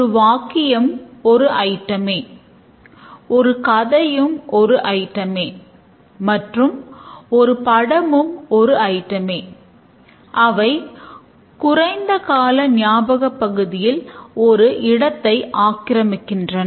ஒரு வாக்கியம் ஒரு ஐட்டமே ஒரு கதையும் ஒரு ஐட்டம்மே மற்றும் ஒரு படமும் ஒரு ஐட்டமே அவை குறைந்த கால ஞாபகப் பகுதியில் ஒரு இடத்தையே ஆக்கிரமிக்கின்றன